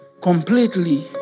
completely